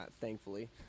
thankfully